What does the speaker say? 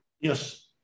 Yes